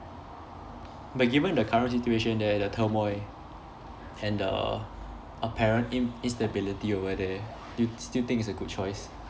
but given the current situation there the turmoil and the apparent in~ instability over there do you still think it's a good choice